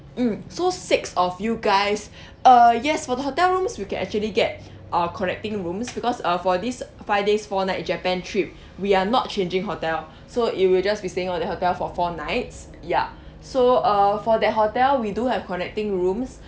mm so six of you guys uh yes for the hotel rooms we can actually get uh connecting rooms because uh for this five days four night japan trip we are not changing hotel so you will just be staying at the hotel for four nights ya so uh for the hotel we do have connecting rooms